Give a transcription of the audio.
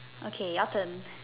okay your turn